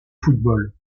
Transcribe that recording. football